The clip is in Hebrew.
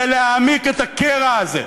זה להעמיק את הקרע הזה,